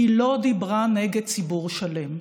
היא לא דיברה נגד ציבור שלם.